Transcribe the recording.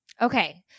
Okay